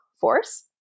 force